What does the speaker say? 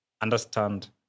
understand